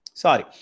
Sorry